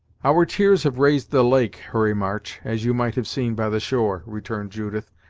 our tears have raised the lake, hurry march, as you might have seen by the shore! returned judith,